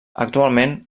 actualment